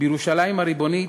בירושלים הריבונית,